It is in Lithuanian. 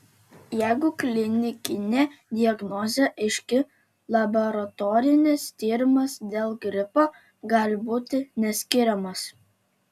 jeigu klinikinė diagnozė aiški laboratorinis tyrimas dėl gripo gali būti neskiriamas